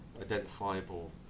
identifiable